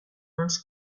uns